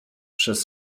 przez